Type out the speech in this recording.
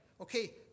Okay